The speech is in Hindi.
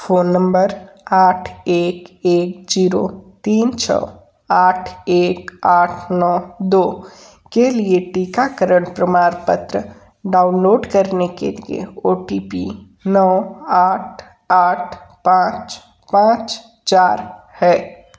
फ़ोन नम्बर आठ एक एक ज़ीरो तीन छः आठ एक आठ नौ दो के लिए टीकाकरण प्रमाणपत्र डाउनलोड करने के लिए ओ टी पी नौ आठ आठ पाँच पाँच चार है